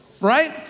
right